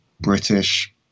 British